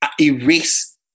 erase